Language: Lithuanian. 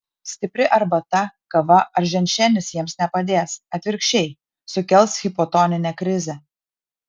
stipri arbata kava ar ženšenis jiems nepadės atvirkščiai sukels hipotoninę krizę